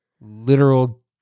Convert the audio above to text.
literal